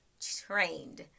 trained